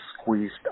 squeezed